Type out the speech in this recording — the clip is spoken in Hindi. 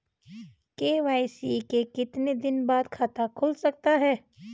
के.वाई.सी के कितने दिन बाद खाता खुल सकता है?